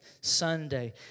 Sunday